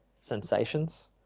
sensations